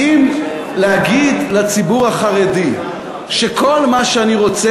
כי אם להגיד לציבור החרדי שכל מה שאני רוצה